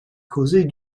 causer